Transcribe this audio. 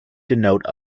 denote